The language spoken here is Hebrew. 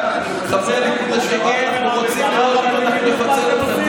--- אנחנו רוצים מאוד מאוד לפצל אתכם.